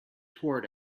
toward